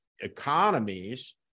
economies